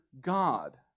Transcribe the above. God